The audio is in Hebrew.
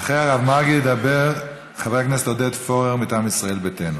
אחרי הרב מרגי ידבר חבר הכנסת עודד פורר מטעם ישראל ביתנו.